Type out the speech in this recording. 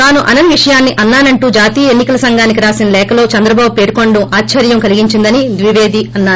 తాను అనని విషయాన్ని అన్నా నంటూ జాతీయ ఎన్ని కల సంఘానికి రాసిన లేఖలో చంద్రబాబు పేర్కొనడం ఆక్సర్యం కలిగించిందని ద్విపేది అన్నారు